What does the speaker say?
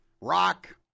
rock